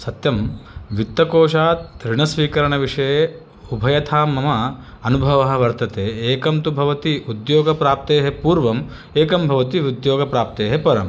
सत्यं वित्तकोशात् ऋणस्वीकरणविषये उभयथा मम अनुभवः वर्तते एकं तु भवति उद्योगप्राप्तेः पूर्वं एकं भवति उद्योगप्राप्तेः परम्